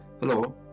Hello